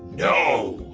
no.